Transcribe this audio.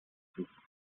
group